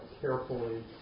carefully